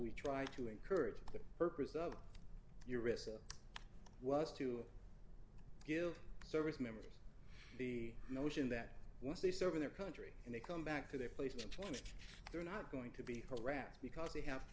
we try to encourage the purpose of your risk was to give service members the notion that once they serve their country and they come back to their place entrenched they're not going to be harassed because they have